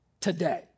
today